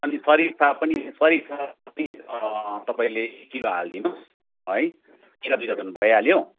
अनि सरिफा पनि सरिफा पनि तपाईँले एक किलो हालिदिनु होस् है भइहाल्यो